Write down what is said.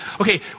okay